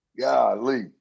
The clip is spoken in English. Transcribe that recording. Golly